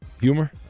humor